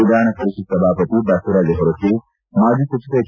ವಿಧಾನಪರಿಷತ್ ಸಭಾವತಿ ಬಸವರಾಜ ಹೊರಟ್ಟಿ ಮಾಜಿ ಸಚಿವ ಹೆಚ್